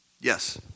Yes